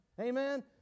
Amen